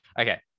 okay